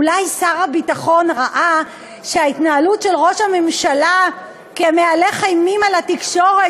אולי שר הביטחון ראה שההתנהלות של ראש הממשלה כמהלך אימים על התקשורת,